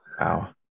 Wow